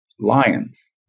Lions